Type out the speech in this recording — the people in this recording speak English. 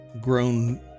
grown